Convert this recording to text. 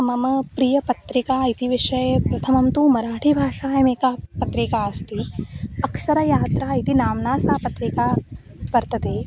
मम प्रियपत्रिका इति विषये प्रथमं तु मराठिभाषायामेका पत्रिका अस्ति अक्षरयात्रा इति नाम्ना सा पत्रिका वर्तते